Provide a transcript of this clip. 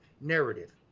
narrative